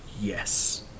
Yes